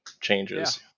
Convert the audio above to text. changes